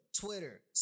Twitter